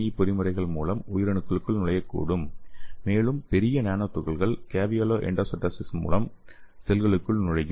இ பொறிமுறையின் மூலம் உயிரணுக்களுக்குள் நுழையக்கூடும் மேலும் பெரிய நானோ துகள்கள் கேவியோலா எண்டோசைட்டோசிஸ் மூலம் செல்களுக்குள் நுழையும்